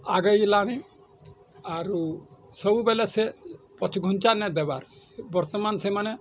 ଆଗେଇଲାନି ଆରୁ ସବୁବେଲେ ସେ ପଛଘୁଞ୍ଚା ନାଇଁ ଦେବାର ସେ ବର୍ତ୍ତମାନ ସେମାନେ